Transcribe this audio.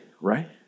right